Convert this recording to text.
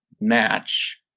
match